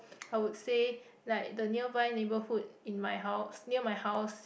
I would say like the nearby neighbourhood in my house near my house